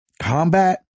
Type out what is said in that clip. combat